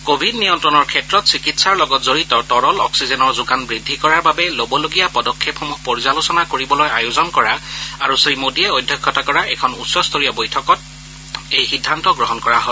Covid নিয়ন্ত্ৰণৰ ক্ষেত্ৰত চিকিৎসাৰ লগত জড়িত তৰল অক্সিজেন যোগান বৃদ্ধি কৰিবলৈ লবলগীয়া পদক্ষেপসমূহ পৰ্যালোচনা কৰিবলৈ আয়োজন কৰা আৰু শ্ৰীমোদীয়ে অধ্যক্ষতা কৰা এখন উচ্চস্তৰীয় বৈঠকত এই সিদ্ধান্ত গ্ৰহণ কৰা হয়